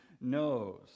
knows